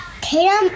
Tatum